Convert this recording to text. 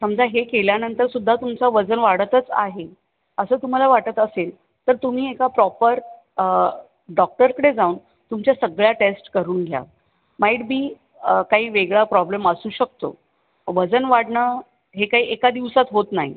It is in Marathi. समजा हे केल्यानंतरसुद्धा तुमचं वजन वाढतच आहे असं तुम्हाला वाटत असेल तर तुम्ही एका प्रॉपर डॉक्टरकडे जाऊन तुमच्या सगळ्या टेस्ट करून घ्या माईट बी काही वेगळा प्रॉब्लेम असू शकतो वजन वाढणं हे काही एका दिवसात होत नाही